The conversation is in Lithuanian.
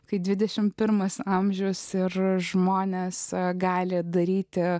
kai dvidešimt pirmas amžius ir žmonės gali daryti